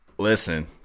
Listen